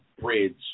bridge